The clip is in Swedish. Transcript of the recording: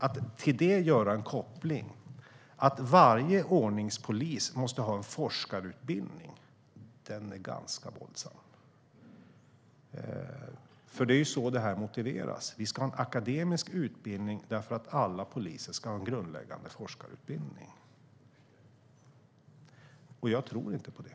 Att göra kopplingen att varje ordningspolis måste ha en forskarutbildning blir ganska våldsamt. Det är ju så det motiveras, det vill säga att vi ska ha en akademisk utbildning därför att alla poliser ska ha en grundläggande forskarutbildning. Jag tror inte på det.